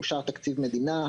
אושר תקציב מדינה.